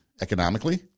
economically